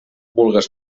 vulgues